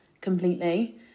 completely